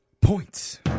Points